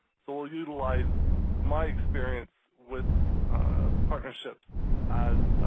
so will utilize my experience with partnerships as